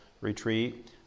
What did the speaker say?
retreat